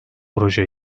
proje